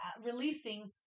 releasing